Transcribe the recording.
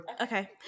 Okay